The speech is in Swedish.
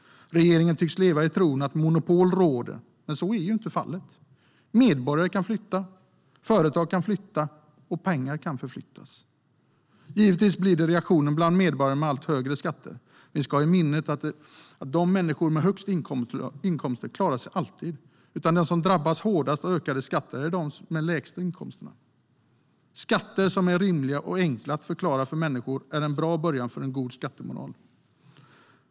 Regeringen tycks leva i tron att monopol råder, men så är ju inte fallet. Medborgare kan flytta, företag kan flytta och pengar kan flyttas. Givetvis blir det reaktioner bland medborgarna på allt högre skatter. Vi ska hålla i minnet att de människor som har högst inkomster alltid klarar sig. De som drabbas hårdast av höjda skatter är de som har de lägsta inkomsterna. Skatter som är rimliga och enkla att förklara för människor är en bra början för en god skattemoral.